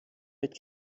mit